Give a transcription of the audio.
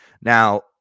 Now